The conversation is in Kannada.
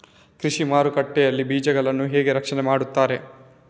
ಕೃಷಿ ಮಾರುಕಟ್ಟೆ ಯಲ್ಲಿ ಬೀಜಗಳನ್ನು ಹೇಗೆ ರಕ್ಷಣೆ ಮಾಡ್ತಾರೆ?